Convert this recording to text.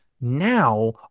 now